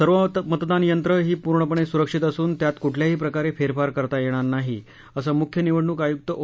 सर्व मतदान यंत्र ही पूर्णपणे सुरक्षित असून त्यात कुठल्याही प्रकारे फेरफार करता येत नाही असं मुख्य निवडणूक आयुक्त ओ